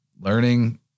learning